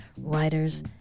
writers